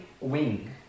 wing